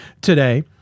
today